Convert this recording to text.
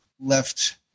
left